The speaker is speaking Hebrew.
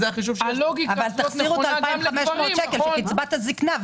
אבל תחזירו את ה-2,500 שקלים של קצבת הזקנה.